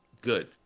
good